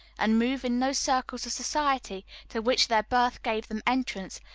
and move in those circles of society to which their birth gave them entrance,